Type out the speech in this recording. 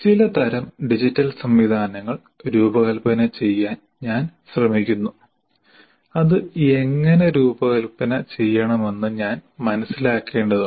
ചിലതരം ഡിജിറ്റൽ സംവിധാനങ്ങൾ രൂപകൽപ്പന ചെയ്യാൻ ഞാൻ ശ്രമിക്കുന്നു അത് എങ്ങനെ രൂപകൽപ്പന ചെയ്യണമെന്ന് ഞാൻ മനസിലാക്കേണ്ടതുണ്ട്